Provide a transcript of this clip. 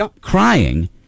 crying